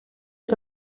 que